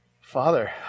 Father